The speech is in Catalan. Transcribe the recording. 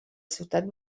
ciutat